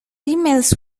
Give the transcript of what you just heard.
emails